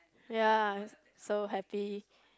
ya so happy